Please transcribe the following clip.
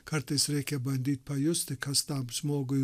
kartais reikia bandyt pajusti kas tam žmogui